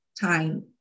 time